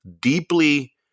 deeply